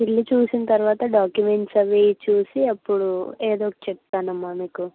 ఇల్లు చూసిన తరువాత డాక్యుమెంట్స్ అవి చూసి అప్పుడు ఎదోకటి చెప్తానమ్మా మీకు